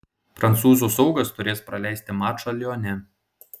prancūzų saugas turės praleisti mačą lione